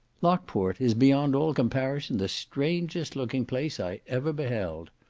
lockport is beyond all comparison, the strangest looking place i ever beheld.